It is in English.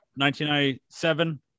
1997